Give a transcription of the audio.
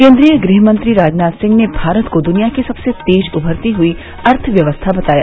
केन्द्रीय गृह मंत्री राजनाथ सिंह ने भारत को दुनिया की सबसे तेज उभरती हुई अर्थव्यवस्था बताया